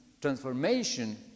transformation